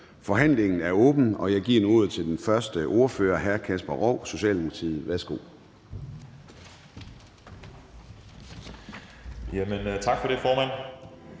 Forhandlingen er åbnet, og jeg giver nu ordet til den første ordfører, hr. Kasper Roug, Socialdemokratiet. Værsgo.